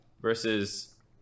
versus